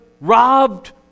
robbed